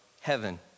heaven